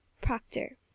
Proctor